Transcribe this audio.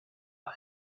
alt